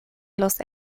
los